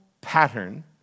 pattern